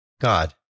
God